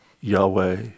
yahweh